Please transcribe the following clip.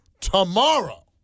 tomorrow